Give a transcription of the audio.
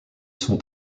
sont